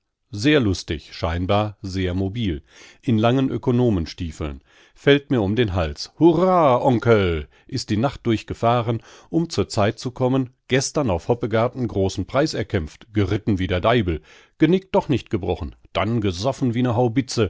sehr lustig scheinbar sehr mobil in langen ökonomenstiefeln fällt mir um den hals hurra onkel ist die nacht durch gefahren um zur zeit zu kommen gestern auf hoppegarten großen preis erkämpft geritten wie der deibel genick doch nicht gebrochen dann gesoffen wie ne